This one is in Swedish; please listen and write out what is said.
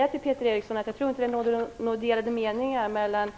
Herr talman! Jag tror inte att det råder några delade meningar mellan